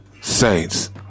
saints